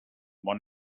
bon